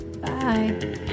Bye